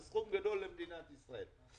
זה סכום גדול למדינת ישראל.